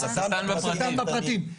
השטן בפרטים הקטנים.